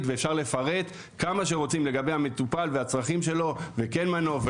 ואפשר לפרט כמה שרוצים לגבי המטופל והצרכים שלו ואם צריך מנוף,